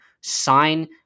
sign